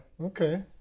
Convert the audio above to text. Okay